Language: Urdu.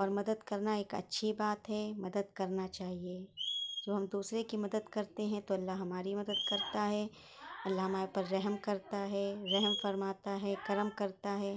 اور مدد کرنا ایک اچھی بات ہے مدد کرنا چاہیے جو ہم دوسروں کی مدد کرتے ہیں تو اللہ ہماری مدد کرتا ہے اللہ ہمارے اوپر رحم کرتا ہے رحم فرماتا ہے کرم کرتا ہے